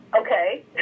okay